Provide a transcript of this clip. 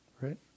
Right